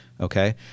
okay